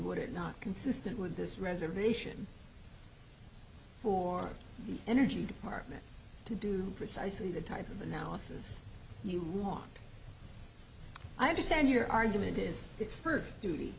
would it not consistent with this reservation for the energy department to do precisely the type of analysis you want i understand your argument is its first duty